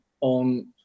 on